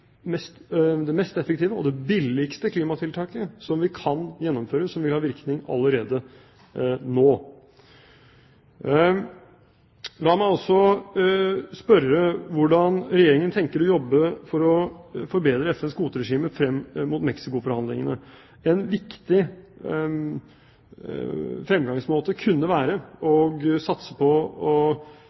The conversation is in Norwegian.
mest effektive og det billigste klimatiltaket som vi kan gjennomføre – og som vil kunne ha virkning allerede nå. La meg også spørre om hvordan Regjeringen har tenkt å jobbe for å forbedre FNs kvoteregime frem mot Mexico-forhandlingene. En viktig fremgangsmåte kunne være å satse på